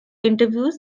interviews